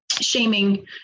shaming